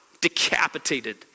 decapitated